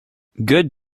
good